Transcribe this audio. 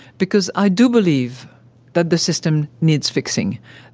because i do believe that the system needs fixing.